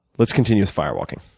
let's continue with firewalking.